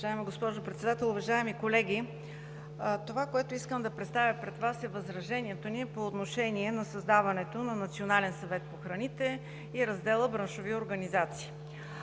Уважаема госпожо Председател, уважаеми колеги! Това, което искам да представя пред Вас, е възражение по отношение на създаването на Национален съвет по храните и раздела „Браншови организации“.